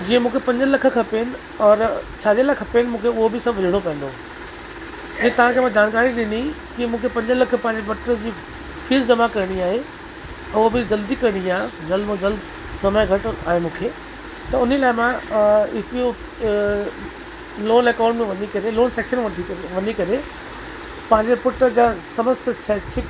जीअं मूंखे पंज लख खपेनि और छाजे लाइ खपेनि मूंखे उहो बि सभु विझिणो पवंदो जीअं तव्हांखे मां जानकारी ॾिनी कि मूंखे पंज लख पंहिंजे पुट जी फ़ीस जमा करिणी आहे उहो बि जल्दी करिणी आहे जल्द मां जल्द समय घटि आहे मूंखे त हुन लाइ मां E P U loan account मां वञी करे लोन सेक्शन में थी करे वञी करे पंहिंजे पुट जा समस्त संक्षिप्त